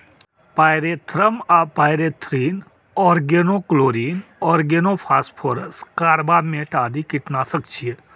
pyrethrum आ pyrethrin, organochlorine, organophosphorus, carbamate आदि कीटनाशक छियै